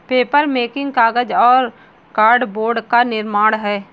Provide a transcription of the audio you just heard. papermaking कागज और cardboard का निर्माण है